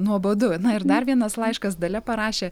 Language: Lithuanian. nuobodu na ir dar vienas laiškas dalia parašė